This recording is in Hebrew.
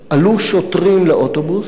עלו שוטרים לאוטובוס,